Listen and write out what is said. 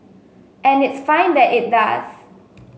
and it's fine that it does